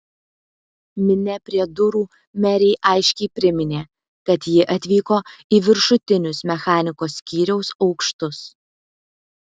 minia prie durų merei aiškiai priminė kad ji atvyko į viršutinius mechanikos skyriaus aukštus